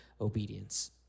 obedience